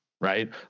right